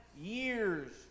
years